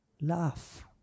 laugh